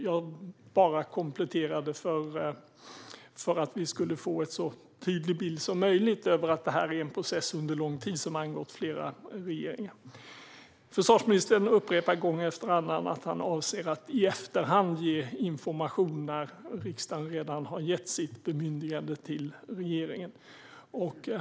Jag kompletterade bara för att vi skulle få en så tydlig bild som möjligt av att detta är en process som har pågått under lång tid och angått flera regeringar. Försvarsministern upprepar gång efter annan att han avser att i efterhand ge information när riksdagen redan har gett sitt bemyndigande till regeringen.